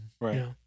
Right